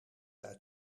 uit